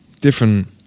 Different